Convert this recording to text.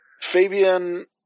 Fabian